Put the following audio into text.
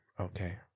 okay